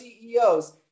CEOs